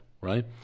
Right